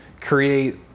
create